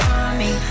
army